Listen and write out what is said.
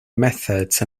methods